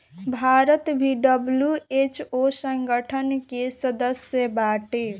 भारत भी डब्ल्यू.एच.ओ संगठन के सदस्य बाटे